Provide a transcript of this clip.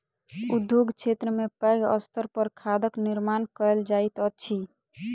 उद्योग क्षेत्र में पैघ स्तर पर खादक निर्माण कयल जाइत अछि